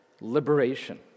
liberation